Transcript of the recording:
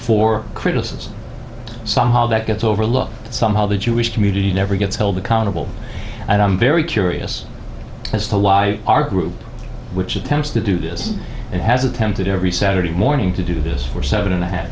for criticism that gets overlooked somehow the jewish community never gets held accountable and i'm very curious as to why our group which attempts to do this and has attempted every saturday morning to do this for seven and a half